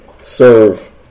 serve